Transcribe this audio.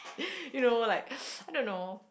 you know like I don't know